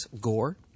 Gore